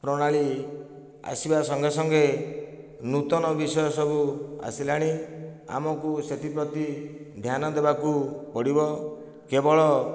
ପ୍ରଣାଳୀ ଆସିବା ସଙ୍ଗେସଙ୍ଗେ ନୂତନ ବିଷୟ ସବୁ ଆସିଲାଣି ଆମକୁ ସେଥିପ୍ରତି ଧ୍ୟାନ ଦେବାକୁ ପଡ଼ିବ କେବଳ